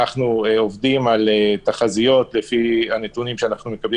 אנחנו עובדים על תחזיות לפי הנתונים שאנחנו מקבלים